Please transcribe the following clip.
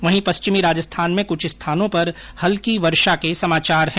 वहीं पश्चिमी राजस्थान में कुछ स्थानों पर हल्की वर्षा के आसार है